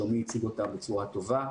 שלומי הציג אותם בצורה טובה,